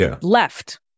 left